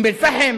אום-אל-פחם,